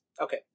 Okay